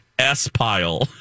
S-Pile